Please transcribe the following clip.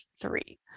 three